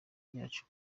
yacu